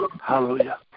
Hallelujah